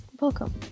welcome